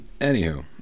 Anywho